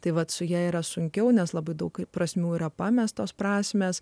tai vat su ja yra sunkiau nes labai daug prasmių yra pamestos prasmės